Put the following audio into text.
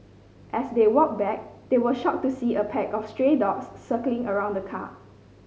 as they walked back they were shocked to see a pack of stray dogs circling around the car